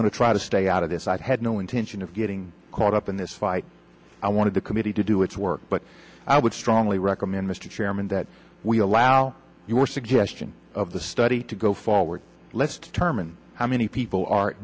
going to try to stay out of this i had no intention of getting caught up in this i wanted the committee to do its work but i would strongly recommend mr chairman that we allow suggestion of the study to go forward let's determine how many people are